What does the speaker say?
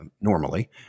normally